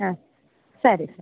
ಹಾಂ ಸರಿ